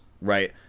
right